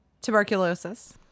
Tuberculosis